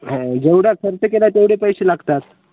हा जेवढा खर्च केला तेवढे पैसे लागतात